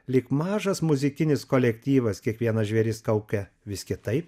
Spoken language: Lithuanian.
lyg mažas muzikinis kolektyvas kiekvienas žvėris kaukia vis kitaip